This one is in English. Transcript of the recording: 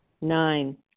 Nine